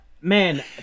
man